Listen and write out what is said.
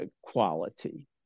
quality